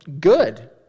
good